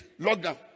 Lockdown